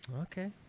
Okay